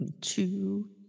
Two